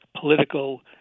political